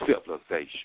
civilization